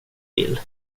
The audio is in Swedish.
vill